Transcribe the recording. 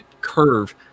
curve